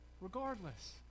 Regardless